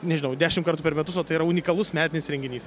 nežinau dešimt kartų per metus o tai yra unikalus metinis renginys